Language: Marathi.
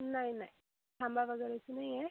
नाही नाही थांबा वगैरेच नाही आहे